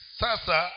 sasa